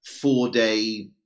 four-day